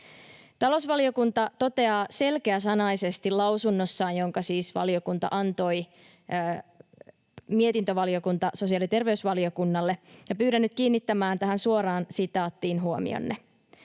Talousvaliokunta toteaa selkeäsanaisesti lausunnossaan, jonka siis valiokunta antoi mietintövaliokunta sosiaali‑ ja terveysvaliokunnalle, ja pyydän nyt kiinnittämään huomionne tähän suoraan sitaattiin: ”On